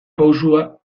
pausoa